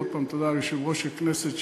ועוד פעם תודה ליושב-ראש הכנסת,